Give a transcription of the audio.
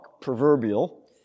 proverbial